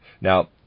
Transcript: Now